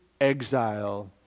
Exile